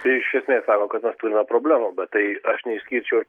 tai iš esmės sako kad mes turime problemų bet tai aš neišskirčiau